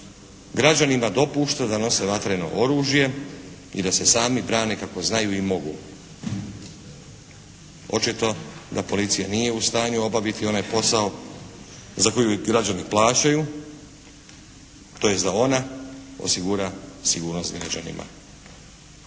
građanima dopušta da nose vatreno oružje i da se sami brane kako znaju i mogu. Očito da policija nije u stanju obaviti onaj posao za koju građani plaćaju, tj. da ona osigura sigurnost građanima.